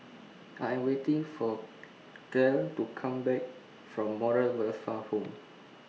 I Am waiting For Clell to Come Back from Moral Welfare Home